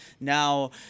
Now